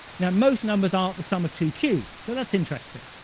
now most numbers aren't the sum of two cubes, so that's interesting.